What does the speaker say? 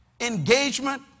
engagement